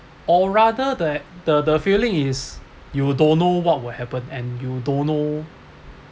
or rather the the the feeling is you don't know what will happen and you don't know